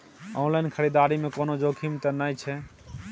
Online खरीददारी में कोनो जोखिम त नय छै?